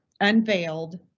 unveiled